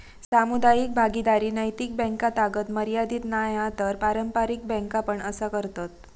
सामुदायिक भागीदारी नैतिक बॅन्कातागत मर्यादीत नाय हा तर पारंपारिक बॅन्का पण असा करतत